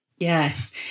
Yes